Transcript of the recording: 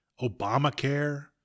Obamacare